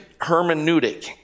hermeneutic